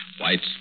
Whites